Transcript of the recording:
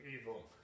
evil